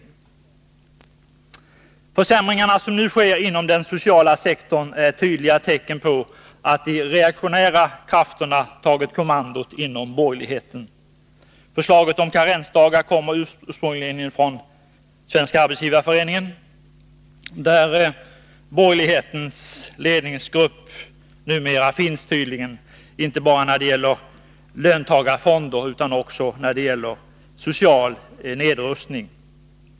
De försämringar som nu sker inom den sociala sektorn är tydliga tecken på att de reaktionära krafterna har tagit kommandot inom borgerligheten. Förslaget om karensdagar kommer ursprungligen från Svenska arbetsgivareföreningen, där borgerlighetens ledningsgrupp tydligen finns numera, inte bara när det gäller löntagarfonder utan också när det gäller social nedrustning.